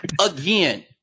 again